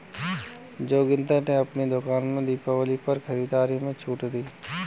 जोगिंदर ने अपनी दुकान में दिवाली पर खरीदारी में छूट दी